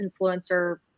influencer